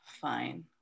Fine